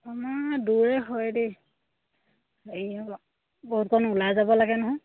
আমাৰ দূৰে হয় দেই হেৰি বহুতকণ ওলাই যাব লাগে নহয়